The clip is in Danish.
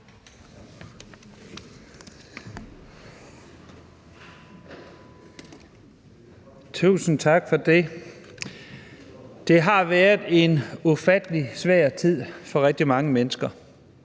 Tusind tak for det. Det har været en ufattelig svær tid for rigtig mange mennesker,